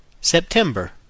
September